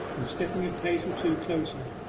and stepping a pace or two closer,